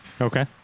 Okay